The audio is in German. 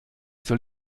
soll